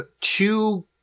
two